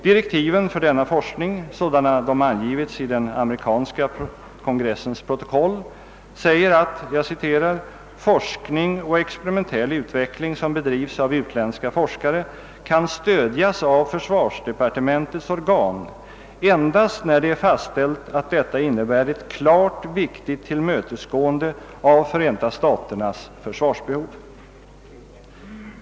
Direktiven för denna forskning, sådana de angivits i den amerikanska kongressens protokoll, säger att »forskning och experimentell utveckling som bedrivs av utländska forskare kan stödjas av försvarsdepartementets organ endast när det är fastställt att detta innebär ett klart viktigt tillmötesgående av Förenta staternas försvarsbehov ...».